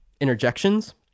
interjections